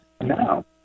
no